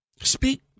Speak